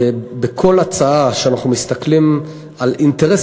בכל הצעה כשאנחנו מסתכלים על אינטרס